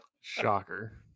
Shocker